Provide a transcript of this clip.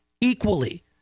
equally